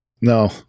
No